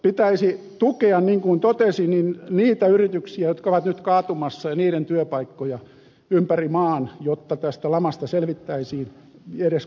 pitäisi tukea niin kuin totesin niitä yrityksiä jotka ovat nyt kaatumassa ja niiden työpaikkoja ympäri maan jotta tästä lamasta selvittäisiin edes kohtuullisin seurauksin